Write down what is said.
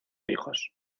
hijos